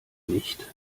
nicht